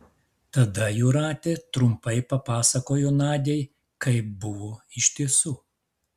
tada jūratė trumpai papasakojo nadiai kaip buvo iš tiesų